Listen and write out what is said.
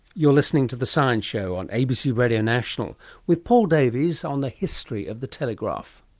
you're listening to the science show on abc radio national with paul davies on the history of the telegraph.